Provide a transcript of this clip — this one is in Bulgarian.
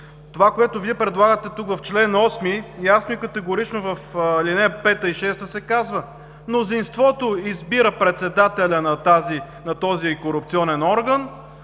Това, което Вие предлагате тук в чл. 8, ясно и категорично в ал. 5 и ал. 6 се казва, че мнозинството избира председателя на този корупционен орган,